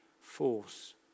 force